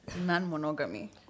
non-monogamy